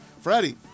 Freddie